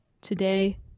today